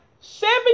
seven